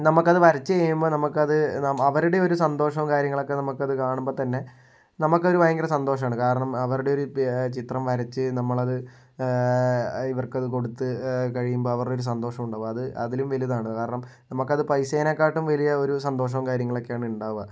നമുക്കത് വരച്ചു കഴിയുമ്പോൾ നമുക്കത് നമ്മൾ അവരുടെ ഒരു സന്തോഷവും കാര്യങ്ങളൊക്കെ നമുക്കത് കാണുമ്പം തന്നെ നമുക്കൊരു ഭയങ്കര സന്തോഷമാണ് കാരണം അവരുടെ ഒരു പി ചിത്രം വരച്ചു നമ്മളത് ഇവർക്കത് കൊടുത്ത് കഴിയുമ്പം അവരുടെ ഒരു സന്തോഷം ഉണ്ടാകും അത് അതിലും വലുതാണ് കാരണം നമുക്ക് അത് പൈസേനേക്കാളും വലിയ ഒരു സന്തോഷവും കാര്യങ്ങൾ ഒക്കെയാണ് ഉണ്ടാവുക